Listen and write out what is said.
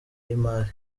y’imari